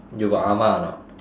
you got ah ma or not